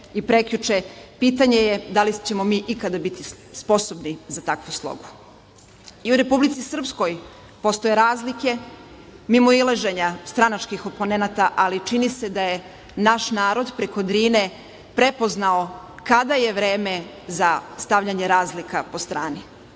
i prekjuče, pitanje je da li ćemo mi ikada biti sposobnosti za takvu slogu.I u Republici Srpskoj postoje razlike, mimoilaženja stranačkih oponenata, ali čini se da je naš narod preko Drine prepoznao kada je vreme za stavljanje razlika po strani. Danas